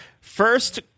first